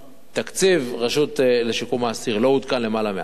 תקציב הרשות לשיקום האסיר לא עודכן למעלה מעשור,